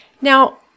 Now